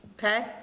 Okay